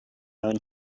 and